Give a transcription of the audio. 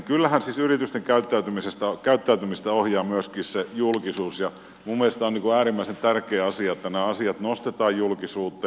kyllähän siis yritysten käyttäytymistä ohjaa myöskin se julkisuus ja minun mielestäni on äärimmäisen tärkeä asia että nämä asiat nostetaan julkisuuteen